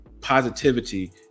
Positivity